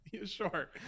Sure